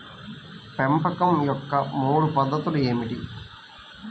పెంపకం యొక్క మూడు పద్ధతులు ఏమిటీ?